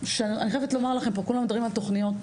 כולם מדברים על תוכניות,